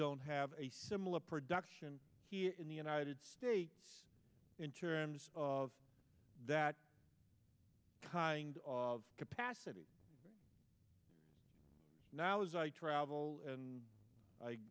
don't have a similar production here in the united states in terms of that kind of capacity now as i travel and i